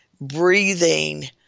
breathing